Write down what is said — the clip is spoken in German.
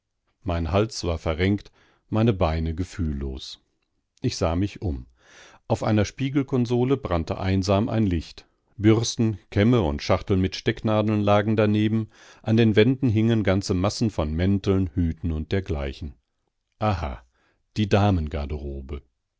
mein hals war verrenkt meine beine gefühllos ich sah mich um auf einer spiegelkonsole brannte einsam ein licht bürsten kämme und schachteln mit stecknadeln lagen daneben an den wänden hingen ganze massen von mänteln hüten und dergleichen aha die damengarderobe